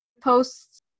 posts